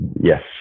Yes